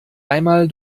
einmal